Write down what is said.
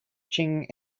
qing